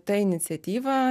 ta iniciatyva